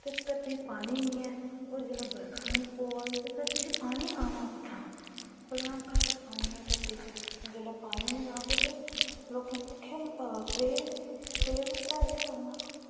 ते धरती पानी गै नी ऐ और जिसलै बर्खा नी पवा ते धरती च पानी आनां कुत्थां दा ऐ भलेआं घट्ट पानी ऐ धरती च जिसलै पानी नी आह्ग ते लोकें भुक्खे त्रैह् दे गै मरना